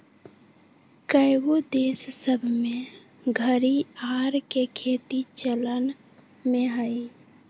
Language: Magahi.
कएगो देश सभ में घरिआर के खेती चलन में हइ